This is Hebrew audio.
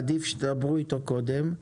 עדיף שתדברו איתו קודם,